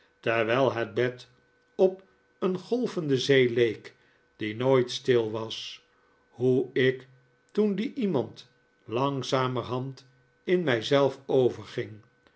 terwijl het bed op een golvende zee leek die nooit stil was hoe ik toen die iemand langzamerhand in mij zelf